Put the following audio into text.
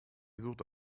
suchte